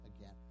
again